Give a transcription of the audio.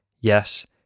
yes